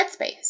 Headspace